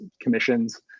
commissions